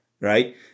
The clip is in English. right